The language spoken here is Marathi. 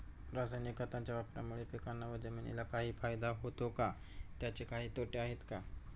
रासायनिक खताच्या वापरामुळे पिकांना व जमिनीला काही फायदा होतो का? त्याचे काही तोटे आहेत का?